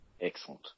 Excellent